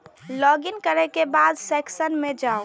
log in करै के बाद लोन सेक्शन मे जाउ